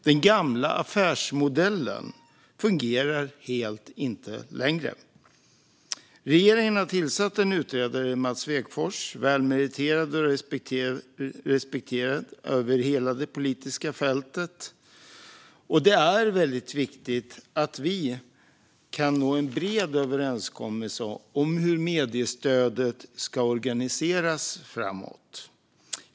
Den gamla affärsmodellen fungerar inte längre. Regeringen har tillsatt en utredare, Mats Svegfors, som är välmeriterad och respekterad över hela det politiska fältet. Det är väldigt viktigt att vi kan nå en bred överenskommelse om hur mediestödet ska organiseras framåt.